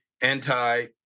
anti